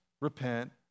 repent